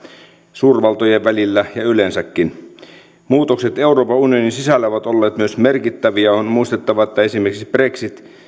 suurvaltojen välillä ja yleensäkin myös muutokset euroopan unionin sisällä ovat olleet merkittäviä on muistettava että esimerkiksi brexit